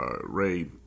Ray